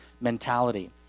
mentality